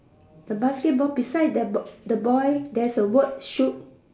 the basketball beside the the boy there's a word shoot